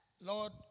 Lord